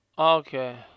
Okay